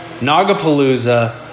Nagapalooza